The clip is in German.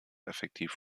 effektiv